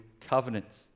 covenant